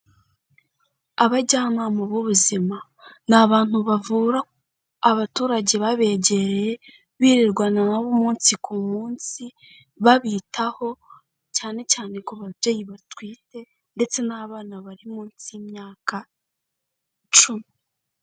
Abajyanama b'ubuzima ni abantu bavura abaturage babegereye birirwana nabo umunsi ku munsi, babitaho cyane cyane ku babyeyi batwite ndetse n'abana bari munsi y'imyaka icumi.